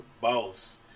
boss